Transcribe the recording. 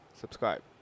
subscribe